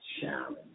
challenge